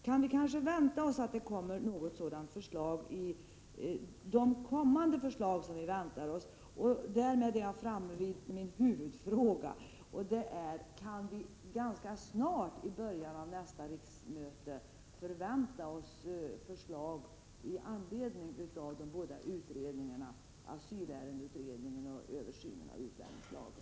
Kan vi kanske vänta oss att det kommer något sådant stadgande i de förslag som vi väntar på? Därmed är jag framme vid min huvudfråga: Kan vi ganska snart, i början av nästa riksmöte, förvänta oss förslag i anledning av de båda utredningarna — asylärendeutredningen och den utredning som gäller översynen av utlänningslagen?